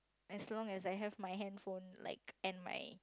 as long as I have my handphone like and my